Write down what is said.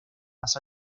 más